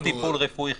או טיפול רפואי חיוני.